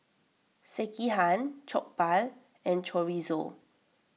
Sekihan Jokbal and Chorizo